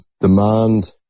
demand